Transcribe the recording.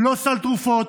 לא סל תרופות,